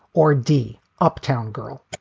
or d. uptown girl